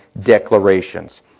declarations